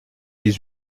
dix